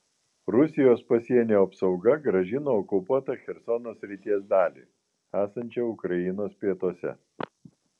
rusijos pasienio apsauga grąžino okupuotą chersono srities dalį esančią ukrainos pietuose